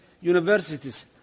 universities